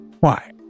Why